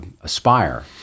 aspire